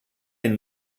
den